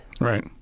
Right